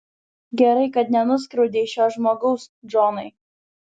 gerai kad nenuskriaudei šio žmogaus džonai